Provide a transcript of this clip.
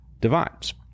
divides